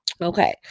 Okay